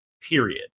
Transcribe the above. Period